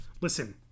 listen